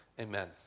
Amen